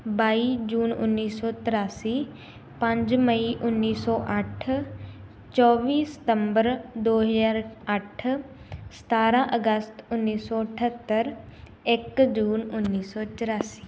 ਬਾਈ ਜੂਨ ਉੱਨੀ ਸੌ ਤਰਿਆਸੀ ਪੰਜ ਮਈ ਉੱਨੀ ਸੌ ਅੱਠ ਚੌਵੀ ਸਤੰਬਰ ਦੋ ਹਜ਼ਾਰ ਅੱਠ ਸਤਾਰਾਂ ਅਗਸਤ ਉੱਨੀ ਸੌ ਅਠੱਤਰ ਇੱਕ ਜੂਨ ਉੱਨੀ ਸੌ ਚੁਰਾਸੀ